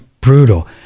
brutal